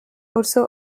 also